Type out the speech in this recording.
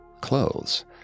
Clothes